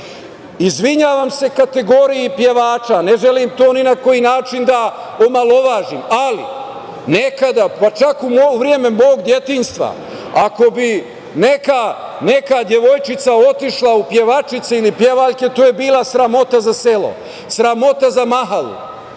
Izvinjavam se kategoriji pevača, ne želim to ni na koji način da omalovažim, ali nekada, pa čak i u vreme mog detinjstva, ako bi neka devojčica otišla u pevačice ili pevaljke, to je bila sramota za selo, sramota za mahalu.